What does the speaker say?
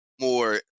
more